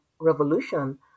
revolution